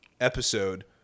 episode